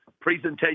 presentation